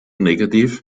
negativ